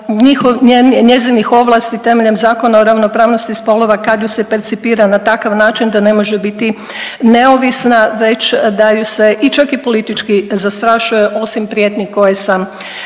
njezinih ovlasti temeljem Zakona o ravnopravnosti spolova kad ju se percipira na takav način da ne može biti neovisna već da ju se i čak i politički zastrašuje osim prijetnji koje sam